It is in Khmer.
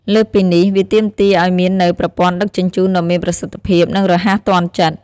លើសពីនេះ វាទាមទារឲ្យមាននូវប្រព័ន្ធដឹកជញ្ជូនដ៏មានប្រសិទ្ធភាព និងរហ័សទាន់ចិត្ត។